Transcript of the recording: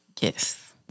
Yes